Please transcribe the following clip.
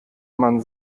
man